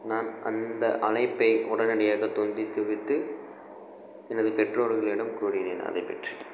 நான் அந்த அழைப்பை உடனடியாக துண்டித்து விட்டு எனது பெற்றோர்களிடம் கூறினேன் அதைப்பற்றி